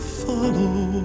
follow